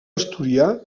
asturià